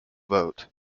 vote